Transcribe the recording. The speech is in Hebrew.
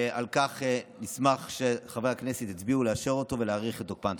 ועל כן נשמח שחברי הכנסת יצביעו לאשר אותו ולהאריך את תוקפן.